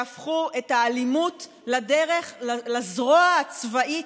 שהפכו את האלימות לדרך, לזרוע הצבאית,